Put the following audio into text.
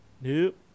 Nope